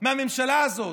מהממשלה הזאת,